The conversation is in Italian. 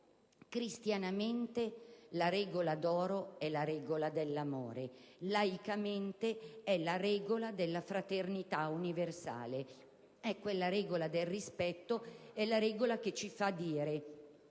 Cristianamente è la regola dell'amore, laicamente questa è la regola della fraternità universale. È la regola del rispetto, la regola che ci fa dire